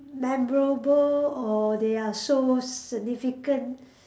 memorable or they are so significant